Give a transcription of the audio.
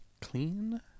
clean